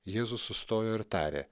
jėzus sustojo ir tarė